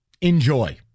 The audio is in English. Enjoy